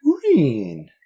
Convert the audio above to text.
Green